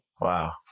Wow